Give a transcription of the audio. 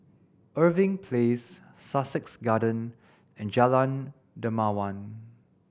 Irving Place Sussex Garden and Jalan Dermawan